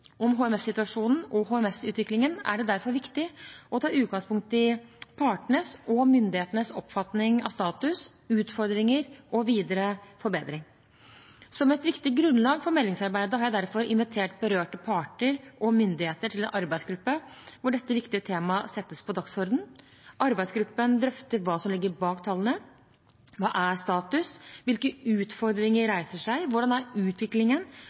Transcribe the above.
om HMS-situasjonen og HMS-utviklingen er det derfor viktig å ta utgangspunkt i partenes og myndighetenes oppfatning av status, utfordringer og videre forbedring. Som et viktig grunnlag for meldingsarbeidet, har jeg derfor invitert berørte parter og myndigheter til en arbeidsgruppe hvor dette viktige temaet settes på dagsordenen. Arbeidsgruppen drøfter hva som ligger bak tallene: Hva er status? Hvilke utfordringer reiser seg? Hvordan er utviklingen?